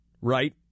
Right